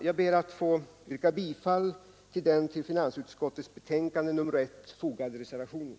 Jag ber att få yrka bifall till den vid finansutskottets betänkande nr 1 fogade reservationen.